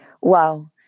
Wow